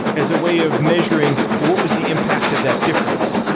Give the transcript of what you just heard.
as a way of measuring what was the impact of that difference.